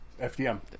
FDM